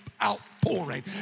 outpouring